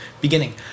beginning